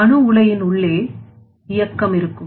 அணு உலையின் உள்ளே இயக்கம் இருக்கும்